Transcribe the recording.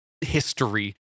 history